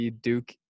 Duke